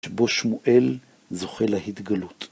שבו שמואל זוכה להתגלות.